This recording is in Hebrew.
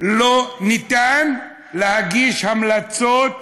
אין אפשרות להגיש המלצות